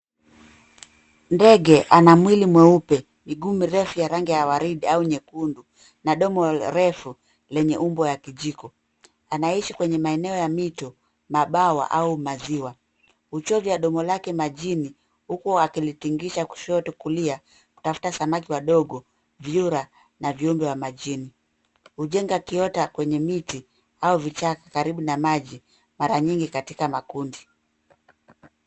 Ndege ana mwili mweupe, miguu mirefu ya rangi ya waridi au nyekundu, na domo refu lenye umbo ya kijiko. Anaishi kwenye maeneo ya mito, mabwawa au maziwa. Huchovya domo lake majini, huku akilitingisha kushoto kulia kutafta samaki wadogo, vyura na viumbe wa majini. Hujenga kiota kwenye miti au vichaka karibu na maji, mara nyingi katika makundi.